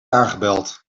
aangebeld